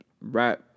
rap